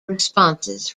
responses